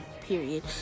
period